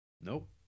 Nope